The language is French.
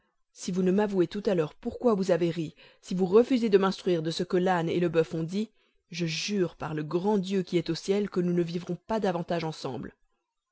si vous ne m'avouez tout à l'heure pourquoi vous avez ri si vous refusez de m'instruire de ce que l'âne et le boeuf ont dit je jure par le grand dieu qui est au ciel que nous ne vivrons pas davantage ensemble